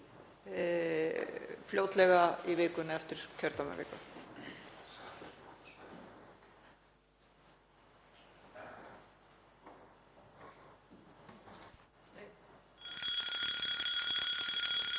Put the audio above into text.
fljótlega í vikunni eftir kjördæmaviku.